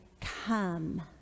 come